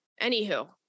Anywho